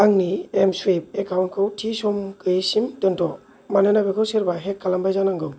आंनि एमस्वुइफ एकाउन्टखौ थि सम गैयिसिम दोनथ' मानोना बेखौ सोरबा हेक खालामबाय जानांगौ